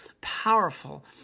powerful